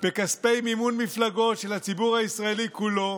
בכספי מימון מפלגות של הציבור הישראלי כולו,